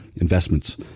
investments